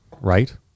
right